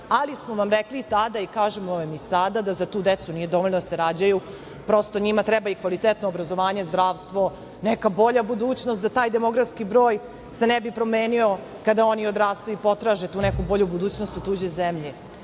ali smo vam rekli tada i kažemo vam i sada da za tu decu nije dovoljno da se rađaju, prosto njima treba i kvalitetno obrazovanje, zdravstvo, neka bolja budućnost da taj demografski broj se ne bi promenio kada oni odrastu i potraže tu neku bolju budućnost u tuđoj